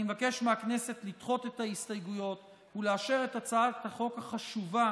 אני מבקש מהכנסת לדחות את ההסתייגויות ולאשר את הצעת החוק החשובה,